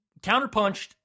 counterpunched